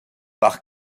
par